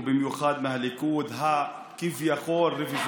ובמיוחד מהליכוד הכביכול-רוויזיוניסטים,